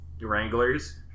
wranglers